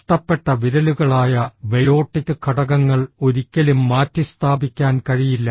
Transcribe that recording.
നഷ്ടപ്പെട്ട വിരലുകളായ ബയോട്ടിക് ഘടകങ്ങൾ ഒരിക്കലും മാറ്റിസ്ഥാപിക്കാൻ കഴിയില്ല